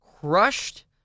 crushed